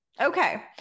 Okay